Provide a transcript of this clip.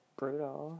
brutal